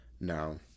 No